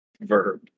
Verb